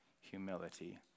humility